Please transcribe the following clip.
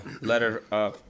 letter